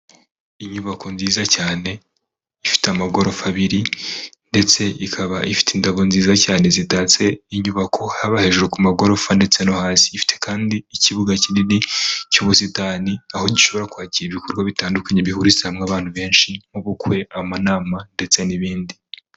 Inyubako nziza cyane, ifite amagorofa abiri ndetse ikaba ifite indabo nziza cyane zitatse inyubako, haba hejuru ku magorofa ndetse no hasi, ifite kandi ikibuga kinini cy'ubusitani, aho gishobora kwakira ibikorwa bitandukanye bihuriza hamwe abantu benshi nk'ubukwe, amanama ndetse n'ibindi.